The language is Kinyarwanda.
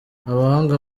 abahanga